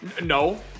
No